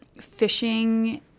fishing